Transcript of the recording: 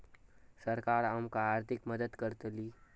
सरकार आमका आर्थिक मदत करतली?